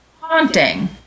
Haunting